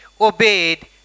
obeyed